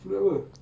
float apa